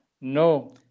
No